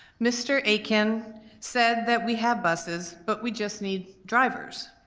mr. akin said that we have buses but we just need drivers.